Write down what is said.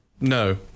No